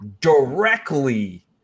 directly